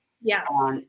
Yes